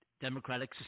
democratic